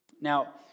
Now